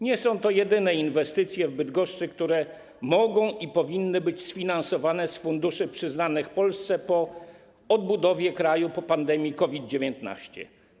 Nie są to jedyne inwestycje w Bydgoszczy, które mogą i powinny być sfinansowane z funduszy przyznanych Polsce po odbudowie kraju po pandemii COVID-19.